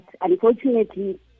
unfortunately